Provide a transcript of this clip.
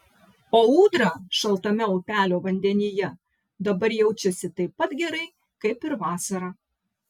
o ūdra šaltame upelio vandenyje dabar jaučiasi taip pat gerai kaip ir vasarą